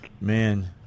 man